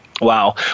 Wow